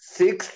six